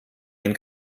den